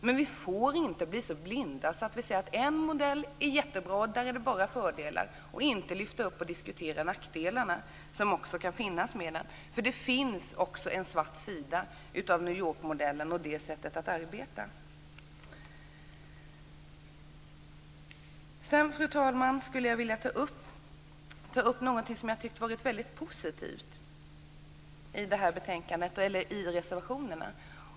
Men vi får inte bli så blinda att vi bara ser fördelar med en modell och inte lyfter upp till diskussion de nackdelar som kan finnas. För det finns också en svart sida av New Fru talman! Jag vill ta upp något som är positivt i reservationerna.